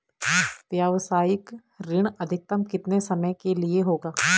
व्यावसायिक ऋण अधिकतम कितने समय के लिए होगा?